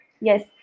Yes